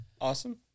Awesome